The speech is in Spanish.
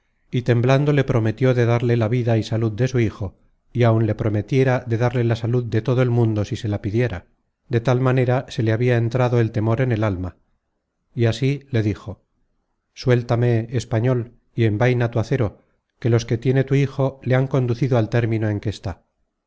y temblando le prometió de darle la vida y salud de su hijo y áun le prometiera de darle la salud de todo el mundo si se la pidiera de tal manera se le habia entrado el temor en el alma y así le dijo suéltame español y envaina tu acero que los que tiene tu hijo le han conducido al término en que está